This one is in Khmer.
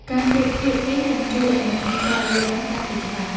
ការប្រៀបធៀបនេះនឹងជួយឱ្យអ្នកមានការយល់ដឹងកាន់តែច្បាស់។